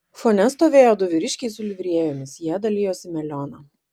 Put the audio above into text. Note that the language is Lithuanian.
fone stovėjo du vyriškiai su livrėjomis jie dalijosi melioną